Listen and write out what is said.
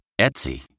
Etsy